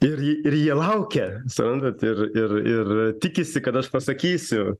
ir ir jie laukia suprantat ir ir ir tikisi kad aš pasakysiu